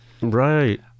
Right